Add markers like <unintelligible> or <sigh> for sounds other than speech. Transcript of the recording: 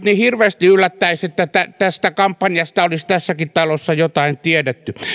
<unintelligible> niin hirveästi yllättäisi että tästä kampanjasta olisi tässäkin talossa jotain tiedetty